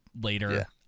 later